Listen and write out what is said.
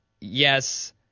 yes